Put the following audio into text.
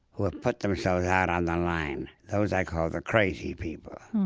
who have put themselves out on the line. those i call the crazy people,